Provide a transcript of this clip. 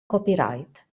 copyright